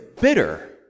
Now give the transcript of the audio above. bitter